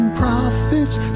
prophets